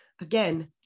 Again